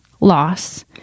loss